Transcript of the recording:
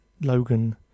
Logan